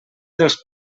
dels